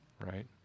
right